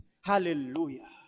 Hallelujah